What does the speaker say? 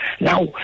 Now